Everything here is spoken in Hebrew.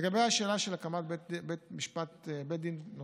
לגבי השאלה של הקמת בית דין נוסף,